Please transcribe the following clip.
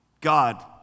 God